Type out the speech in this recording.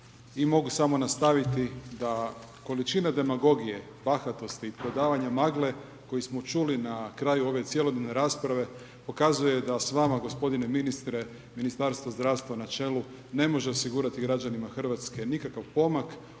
i mogu samo nastaviti da količina demagogije, bahatosti i prodavanja magle koji smo čuli na kraju ove cjelodnevne rasprave pokazuje da s vama gospodine ministre Ministarstvo zdravstva na čelu ne može osigurati građanima Hrvatske nikakav pomak